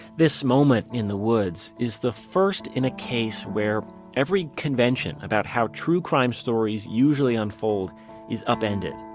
this moment in the woods is the first in a case where every convention about how true crime stories usually unfold is upended.